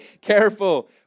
careful